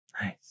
Nice